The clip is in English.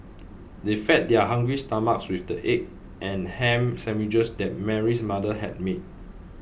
they fed their hungry stomachs with the egg and ham sandwiches that Mary's mother had made